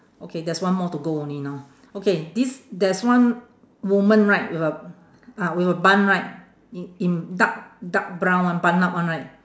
okay there's one more to go only now okay this there's one woman right with a ah with a bun right in in dark dark brown one bun up one right